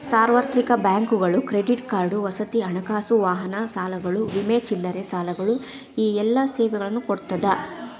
ಸಾರ್ವತ್ರಿಕ ಬ್ಯಾಂಕುಗಳು credit card ವಸತಿ ಹಣಕಾಸು ವಾಹನ ಸಾಲಗಳು ವಿಮೆ ಚಿಲ್ಲರೆ ಸಾಲಗಳು ಈ ಎಲ್ಲಾ ಸೇವೆಗಳನ್ನ ಕೊಡ್ತಾದ